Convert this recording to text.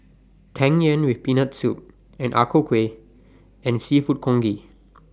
Tang Yuen with Peanut Soup Ang Ku Kueh and Seafood Congee